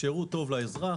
היא שירות טוב לאזרח,